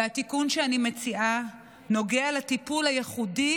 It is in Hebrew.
והתיקון שאני מציעה נוגע לטיפול הייחודי